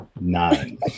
Nine